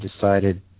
decided